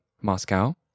Moscow